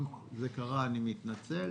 אם זה קרה, אני מתנצל.